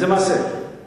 מה זה יעזור אם